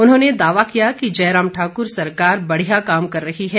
उन्होंने दावा किया कि जयराम ठाकुर सरकार बढिया काम कर रही है